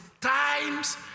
times